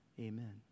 Amen